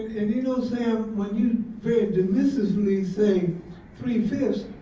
and you know sam, when you very dismissively say three fifths,